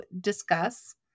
discuss